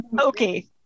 Okay